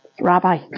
Rabbi